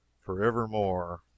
forevermore